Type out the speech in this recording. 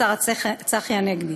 השר צחי הנגבי.